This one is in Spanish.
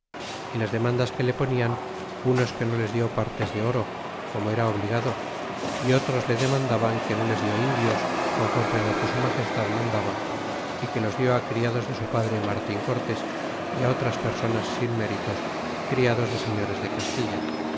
y las demandas que le ponian unos que no les dió partes de oro como era obligado é otros le demandaban que no les dió indios conforme lo que su magestad mandaba y que los dió criados de su padre martin cortés y otras personas sin méritos criados de señores de castilla